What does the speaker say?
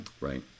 Right